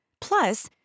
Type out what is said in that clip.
Plus